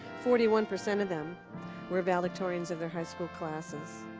forty one percent of them were valedictorians of their high school classes.